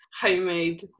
homemade